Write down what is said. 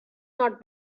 not